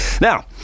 Now